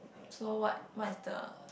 so what what is the